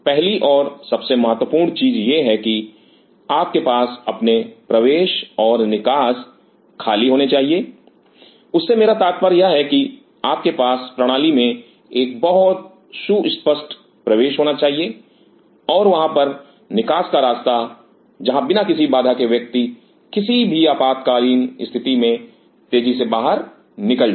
पहली और सबसे महत्वपूर्ण चीज है कि आपके पास अपने प्रवेश और निकास खाली होने चाहिए उससे मेरा यह तात्पर्य है की आपके पास प्रणाली में एक बहुत सुस्पष्ट प्रवेश होना चाहिए और वहां पर निकास का रास्ता जहां बिना किसी बाधा के व्यक्ति किसी भी आपातकालीन स्थिति में तेजी से बाहर निकल जाए